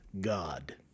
God